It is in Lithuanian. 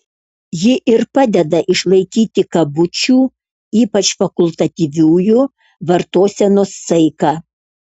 ji ir padeda išlaikyti kabučių ypač fakultatyviųjų vartosenos saiką